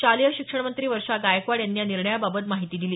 शालेय शिक्षणमंत्री वर्षा गायकवाड यांनी या निर्णयाबाबत माहिती दिली